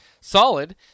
solid